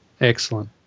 Excellent